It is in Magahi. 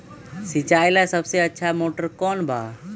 सिंचाई ला सबसे अच्छा मोटर कौन बा?